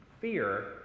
Fear